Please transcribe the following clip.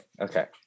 Okay